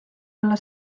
olla